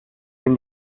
sind